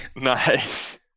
nice